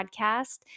podcast